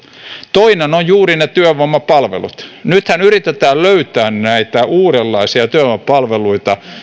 toinen ovat juuri ne työvoimapalvelut nythän yritetään löytää näitä uudenlaisia työvoimapalveluita